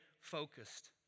focused